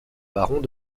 barons